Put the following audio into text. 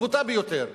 הבוטה ביותר,